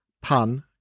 pun